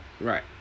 Right